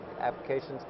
applications